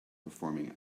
performing